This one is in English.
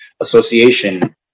Association